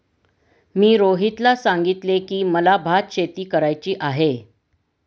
मी रोहितला सांगितले की, मला भातशेती करायची आहे